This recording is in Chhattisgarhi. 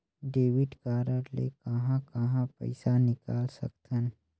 डेबिट कारड ले कहां कहां पइसा निकाल सकथन?